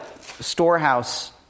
storehouse